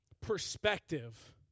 perspective